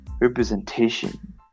representation